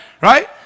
right